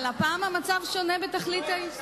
אבל הפעם המצב שונה בתכלית.